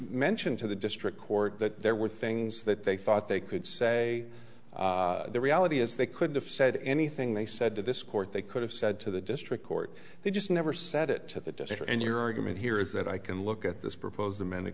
mention to the district court that there were things that they thought they could say the reality is they could have said anything they said to this court they could have said to the district court they just never said it to the dispatcher and your argument here is that i can look at this proposed am